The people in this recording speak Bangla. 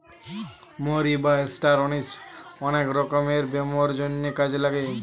মৌরি বা ষ্টার অনিশ অনেক রকমের ব্যামোর জন্যে কাজে লাগছে